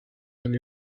oli